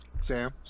Sam